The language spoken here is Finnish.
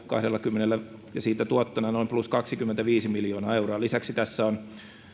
kahdellakymmenellä ja siitä tuottona on noin plus kaksikymmentäviisi miljoonaa euroa lisäksi tässä on